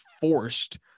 forced